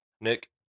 Nick